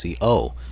CO